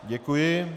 Děkuji.